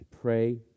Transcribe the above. pray